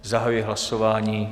Zahajuji hlasování.